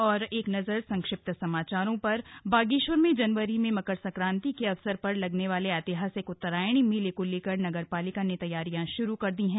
अब संक्षिप्त समाचार बागेश्वर में जनवरी में मकर संक्रांति के अवसर पर लगने वाले ऐतिहासिक उत्तरायणी मेले को लेकर नगर पालिका ने तैयारियां शुरू कर दी हैं